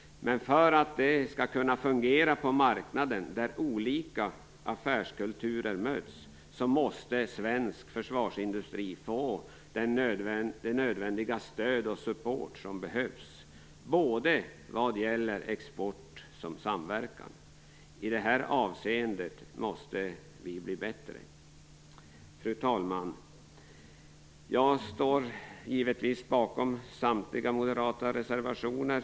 Men för att det skall kunna fungera på marknaden, där olika affärskulturer möts, måste svensk försvarsindustri få nödvändigt stöd och support både vad gäller export och samverkan. I detta avseende måste vi bli bättre. Fru talman! Jag står givetvis bakom samtliga moderata reservationer.